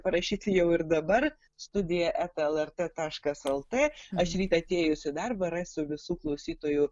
parašyti jau ir dabar studija lrt taškas lt aš ryt atėjus į darbą rasiu visų klausytojų